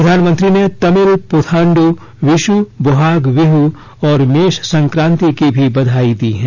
प्रधानमंत्री ने तमिल पुथांड विश् बोहाग विह और मेष संक्रान्ति की भी बधाई दी है